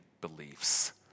beliefs